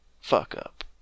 fuck-up